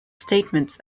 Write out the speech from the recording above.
statements